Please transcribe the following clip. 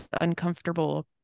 uncomfortable